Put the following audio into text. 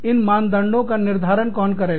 इन मानदंडों का निर्धारण कौन करेगा